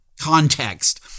context